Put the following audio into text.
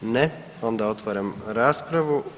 Ne, onda otvaram raspravu.